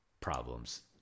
problems